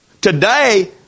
Today